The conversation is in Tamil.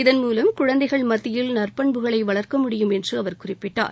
இதன் மூலம் குழந்தைகள் மத்தியில் நற்பண்புகளை வளர்க்க முடியும் என்று அவர் குறிப்பிட்டார்